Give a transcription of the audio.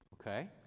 Okay